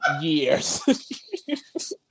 years